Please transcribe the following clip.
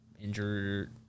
Injured